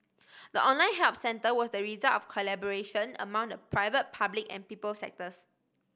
the online help centre was the result of collaboration among the private public and people sectors